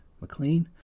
McLean